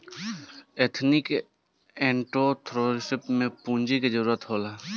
ethnic entrepreneurship में पूंजी के जरूरत होला